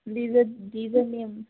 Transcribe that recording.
D জ ডি জ নিম